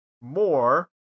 more